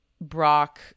Brock